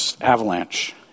avalanche